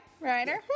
Ryder